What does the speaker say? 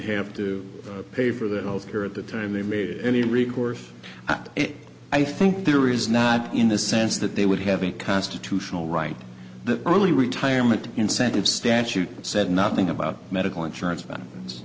have to pay for their health care at the time they made any recourse i think there is not in the sense that they would have a constitutional right the early retirement incentive statute that said nothing about medical insurance benefits